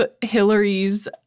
Hillary's